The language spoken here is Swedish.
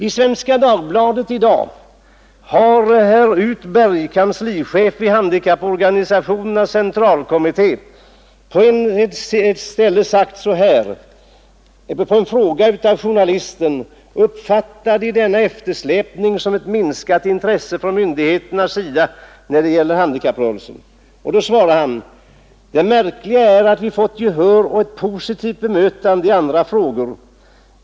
I Svenska Dagbladet i dag har herr Utberg, kanslichef i Handikapporganisationernas centralkommitté, på ett ställe fått frågan: ”Uppfattar ni denna ”eftersläpning” som ett minskat intresse från myndigheternas sida?” Herr Utberg svarar: ”Det märkliga är att vi fått gehör och ett positivt bemötande i andra frågor.